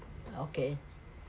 okay